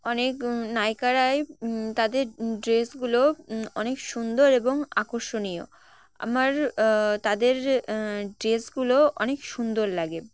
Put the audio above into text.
অনেক নায়িকারাই তাদের ড্রেসগুলো অনেক সুন্দর এবং আকর্ষণীয় আমার তাদের ড্রেসগুলো অনেক সুন্দর লাগে